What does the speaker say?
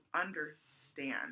understand